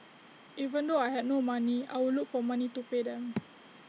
even though I had no money I would look for money to pay them